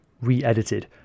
re-edited